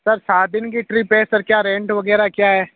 sir सात दिन की ट्रिप है सर क्या रेंट वगैरह क्या है